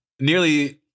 nearly